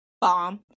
bomb